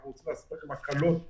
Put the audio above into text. אנחנו נעשה לכם הקלות בארנונה,